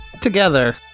together